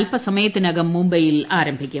അല്പസമയത്തിനകം മുംബൈയിൽ ആരംഭിക്കും